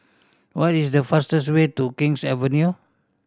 what is the fastest way to King's Avenue